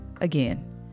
Again